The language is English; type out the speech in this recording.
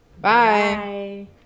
Bye